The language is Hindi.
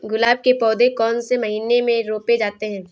गुलाब के पौधे कौन से महीने में रोपे जाते हैं?